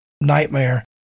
nightmare